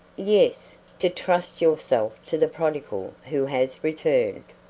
yes to trust yourself to the prodigal who has returned.